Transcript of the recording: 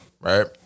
right